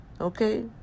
Okay